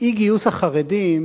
אי-גיוס החרדים